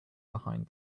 behind